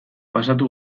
pasatu